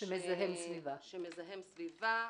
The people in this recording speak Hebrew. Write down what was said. שמזהם סביבה.